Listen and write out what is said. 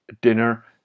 dinner